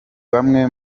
bamwe